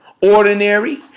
ordinary